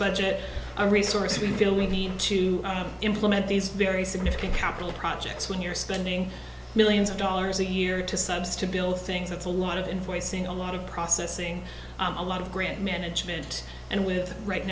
budget a resource we feel we need to implement these very significant capital projects when you're spending millions of dollars a year to subs to build things it's a lot of enforcing a lot of processing a lot of grant management and with right